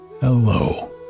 Hello